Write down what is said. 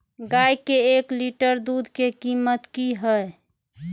गाय के एक लीटर दूध के कीमत की हय?